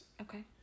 Okay